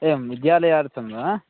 एवं विद्यालयार्थं वा